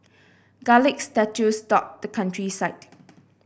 garlic statues dot the countryside